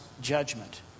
judgment